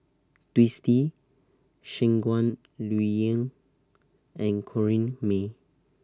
Twisstii Shangguan Liuyun and Corrinne May